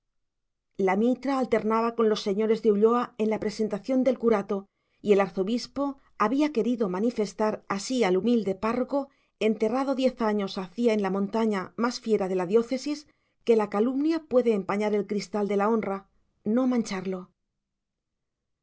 la mitra alternaba con los señores de ulloa en la presentación del curato y el arzobispo había querido manifestar así al humilde párroco enterrado diez años hacía en la montaña más fiera de la diócesis que la calumnia puede empañar el cristal de la honra no mancharlo